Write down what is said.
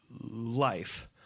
life